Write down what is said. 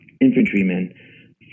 Infantrymen